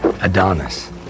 Adonis